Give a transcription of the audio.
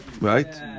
Right